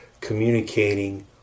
communicating